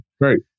Great